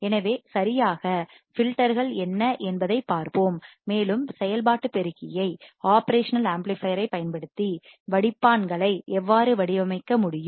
எனவே சரியாக வடிப்பான்கள் ஃபில்டர்கள் என்ன என்பதைப் பார்ப்போம் மேலும் செயல்பாட்டு பெருக்கியைப் ஒப்ரேஷனல் ஆம்ப்ளிபையர் ஐப் பயன்படுத்தி வடிப்பான்களை ஃபில்டர்கள் எவ்வாறு வடிவமைக்க முடியும்